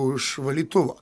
už valytuvo